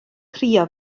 crio